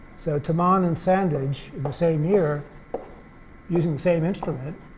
so tammann and sandage, the same year using the same instrument